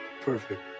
perfect